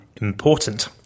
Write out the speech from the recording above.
important